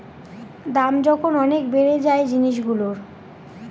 দাম যখন অনেক বেড়ে যায় জিনিসগুলোর